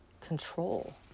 control